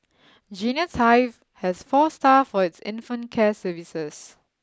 genius hive has four staff for its infant care services